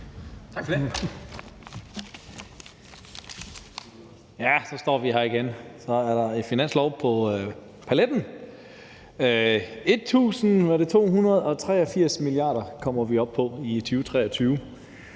Tak for det. Ja, så står vi her igen. Så er der en finanslov på paletten. 1.283 mia. kr. kommer vi op på i 2023,